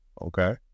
Okay